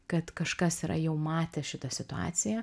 kad kažkas yra jau matęs šitą situaciją